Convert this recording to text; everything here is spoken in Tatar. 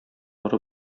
ары